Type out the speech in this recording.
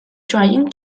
trying